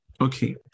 Okay